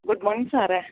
good morning സാറെ